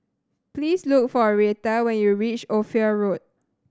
please look for Reatha when you reach Ophir Road